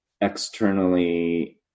externally